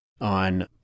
on